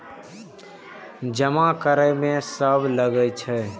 जमा करे में की सब लगे छै?